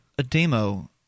Ademo